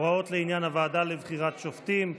(הוראות לעניין הוועדה לבחירת שופטים),